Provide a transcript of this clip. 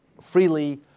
freely